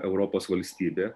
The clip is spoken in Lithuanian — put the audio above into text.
europos valstybė